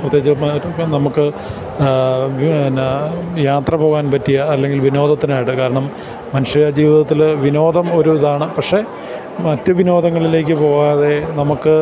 പ്രത്യേകിച്ച് നമുക്കു യാത്ര പോകാൻ പറ്റിയ അല്ലെങ്കിൽ വിനോദത്തിനായിട്ട് കാരണം മനുഷ്യ ജീവിതത്തില് വിനോദം ഒരു ഇതാണ് പക്ഷെ മറ്റു വിനോദങ്ങളിലേക്കു പോവാതെ നമുക്കു